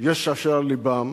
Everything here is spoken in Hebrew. אשר על לבם.